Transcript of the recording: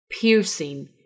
piercing